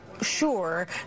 sure